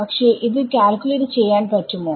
പക്ഷെ എനിക്ക് ഇത് കാൽക്യൂലേറ്റ് ചെയ്യാൻ പറ്റുമോ